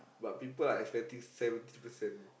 but people are expecting seventy percent